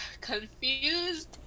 confused